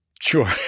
Sure